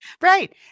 Right